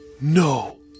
No